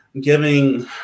giving